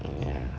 ya